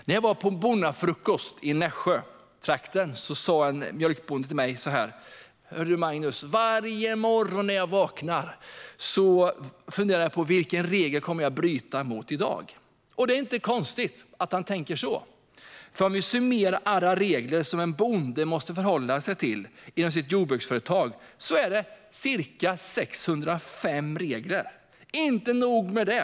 När jag var på en bonnafrukost i Nässjötrakten sa en mjölkbonde till mig: Hör du, Magnus, varje morgon när jag vaknar funderar jag på vilken regel jag kommer att bryta mot i dag. Det är inte konstigt att han tänker så, för om vi summerar alla regler som en bonde måste förhålla sig till inom sitt jordbruksföretag så är det ca 605 stycken. Och det är inte nog med det.